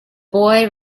boy